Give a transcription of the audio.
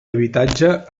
habitatge